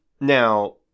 Now